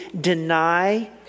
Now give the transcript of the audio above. deny